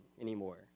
anymore